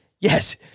Yes